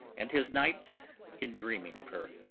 and his nights in dreaming of her.